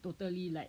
totally like